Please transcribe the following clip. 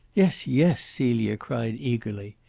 yes, yes! celia cried eagerly.